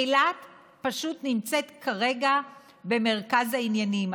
אילת פשוט נמצאת כרגע במרכז העניינים.